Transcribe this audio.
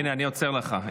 הינה, אני עוצר לך.